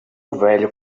velho